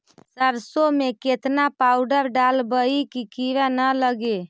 सरसों में केतना पाउडर डालबइ कि किड़ा न लगे?